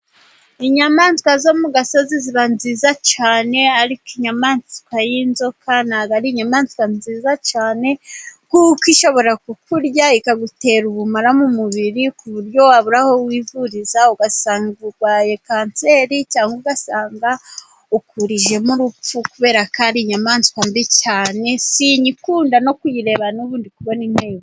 Inyamaswa zo mu gasozi ziba nziza cyane, ariko inyamaswa y' inzoka ntabwo ari inyamaswa nziza cyane kuko ishobora kukurya, ikagutera ubumara mu mubiri ku buryo wabura aho wivuriza ugasanga urwaye kanseri cyangwa ugasanga ukurijemo urupfu, kubera ko ari inyamaswa mbi cyane sinyikunda no kuyireba n' ubu ndi kubona inteye ubwoba.